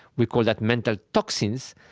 we call that mental toxins,